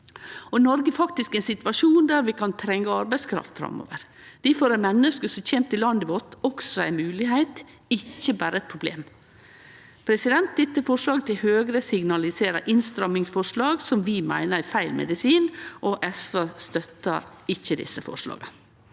Noreg er faktisk i ein situasjon der vi kan trenge arbeidskraft framover. Difor er menneske som kjem til landet vårt, også ei moglegheit, ikkje berre eit problem. Forslaga frå Høgre signaliserer innstrammingsforslag vi meiner er feil medisin, og SV støttar ikkje desse forslaga.